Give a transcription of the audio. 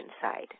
side